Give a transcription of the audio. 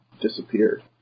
disappeared